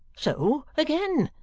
so, again.